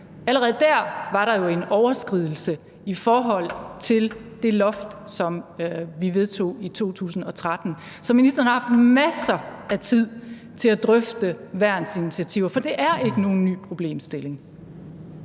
Allerede der var der jo en overskridelse i forhold til det loft, som vi vedtog i 2013. Så ministeren har haft masser af tid til at drøfte værnsinitiativer, for det er ikke nogen ny problemstilling.